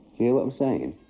hear what i'm saying?